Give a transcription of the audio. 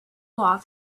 off